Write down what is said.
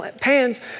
pans